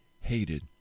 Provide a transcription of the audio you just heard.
hated